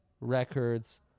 records